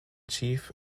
chief